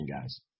guys